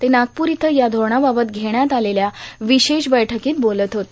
ते नागपूर इथं या धोरणाबाबत घेण्यात आलेल्या विशेष बैठ्कीत बोलत होते